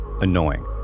annoying